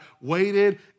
waited